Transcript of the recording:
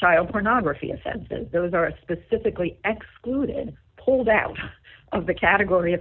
child pornography offenses those are specifically excluded pulled out of the category of